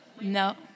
No